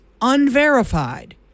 unverified